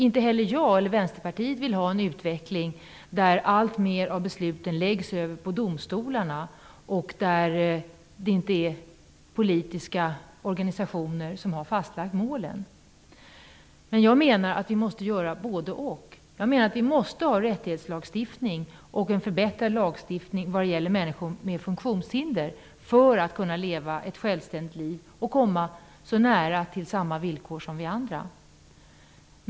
Inte heller jag eller Vänsterpartiet vill ha en utveckling där alltmer av besluten läggs över på domstolarna och där det inte är politiska organisationer som har lagt fast målen. Men jag menar att vi måste göra både--och. Vi måste ha en rättighetslagstiftning och en förbättrad lagstiftning vad gäller människor med funktionshinder så att de kan leva ett självständigt liv och komma nära samma villkor som vi andra har.